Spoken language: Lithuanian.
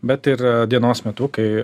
bet ir dienos metu kai